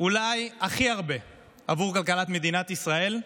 אולי הכי הרבה עבור כלכלת מדינת ישראל.